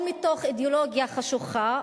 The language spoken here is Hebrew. או מתוך אידיאולוגיה חשוכה,